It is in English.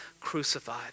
crucified